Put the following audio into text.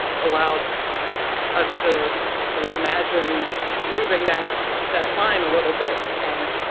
allowed us to to imagine moving that that line a little bit from